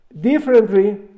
differently